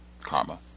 karma